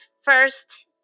first